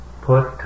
put